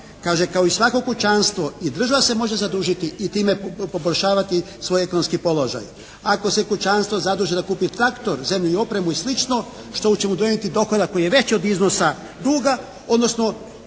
Kaže kao i svako kućanstvo i država se može zadužiti i time poboljšavati svoje ekonomski položaj. Ako se kućanstvo zaduži da kupi traktor, zemlju i opremu i sl. što će mu donijeti dohodak koji je veći od iznosa duga, odnosno